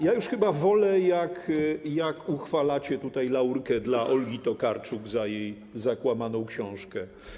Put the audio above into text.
Ja już chyba wolę, jak uchwalacie tutaj laurkę dla Olgi Tokarczuk za jej zakłamaną książkę.